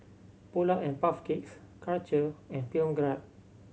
Polar and Puff Cakes Karcher and Film Grade